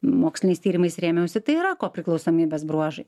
moksliniais tyrimais rėmiausi tai yra kopriklausomybės bruožai